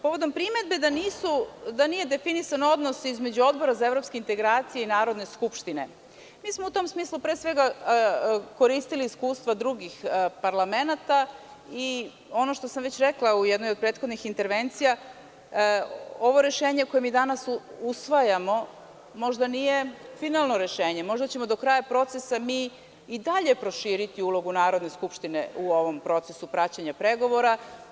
Povodom primedbe da nije definisan odnos između Odbora za evropske integracije i Narodne skupštine, mi smo u tom smislu pre svega koristili iskustva drugih parlamenata i ono što sam već rekla u jednoj od prethodnih intervencija, ovo rešenje koje mi danas usvajamo možda nije finalno rešenje, možda ćemo do kraja procesa mi i dalje proširiti ulogu Narodne skupštine u ovom procesu praćenja pregovora.